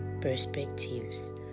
perspectives